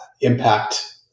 impact